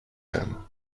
même